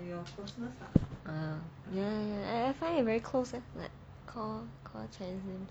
ya ya ya I find it very close leh like call call chinese name